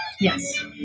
Yes